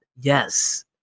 yes